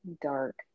dark